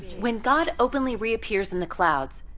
when god openly reappears in the clouds,